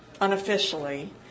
unofficially